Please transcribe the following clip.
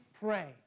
pray